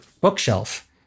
bookshelf